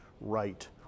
right